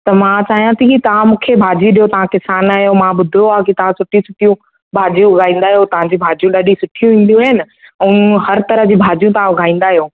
त मां चाहियां थी की तव्हां मूंखे भाॼियूं ॾियो तव्हां किसान आहियो मां ॿुधो आहे की तव्हां सुठी सुठियूं भाॼियूं उगाईंदा आहियो तव्हां जूं भाॼियूं ॾाढियूं सुठियूं ईंदियूं आहिनि ऐं हर तरह जूं भाॼियूं तव्हां उगाईंदा आहियो